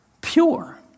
pure